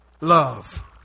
Love